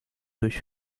durch